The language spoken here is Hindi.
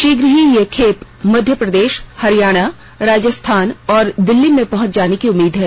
शीघ्र ही ये े खेप मध्य प्रदेश हरियाणा राजस्थान और दिल्ली में पहंच जाने की उम्मीद है